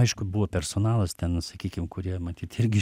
aišku buvo personalas ten nu sakykim kurie matyt irgi